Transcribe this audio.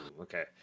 Okay